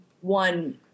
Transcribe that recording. one